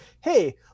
hey